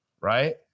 right